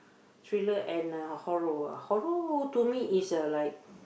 thriller and uh horror ah horror to me is a like